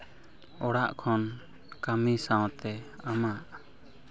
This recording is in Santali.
ᱚᱲᱟᱜ ᱠᱷᱚᱱ ᱠᱟᱹᱢᱤ ᱥᱟᱶᱛᱮ ᱟᱢᱟᱜ